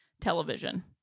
television